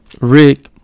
Rick